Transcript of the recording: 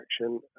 action